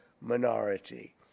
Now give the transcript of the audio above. minority